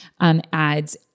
ads